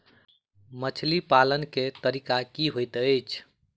मछली पालन केँ तरीका की होइत अछि?